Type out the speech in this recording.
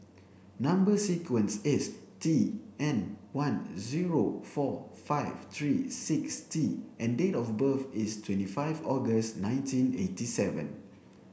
number sequence is T N one zero four five three six T and date of birth is twenty five August nineteen eighty seven